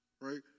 right